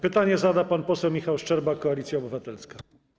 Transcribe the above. Pytanie zada pan poseł Michał Szczerba, Koalicja Obywatelska.